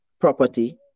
property